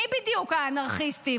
מי בדיוק האנרכיסטים?